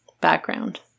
background